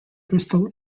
bristol